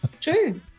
True